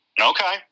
Okay